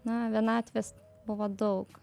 na vienatvės buvo daug